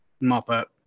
mop-up